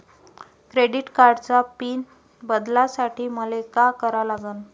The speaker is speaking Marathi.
क्रेडिट कार्डाचा पिन बदलासाठी मले का करा लागन?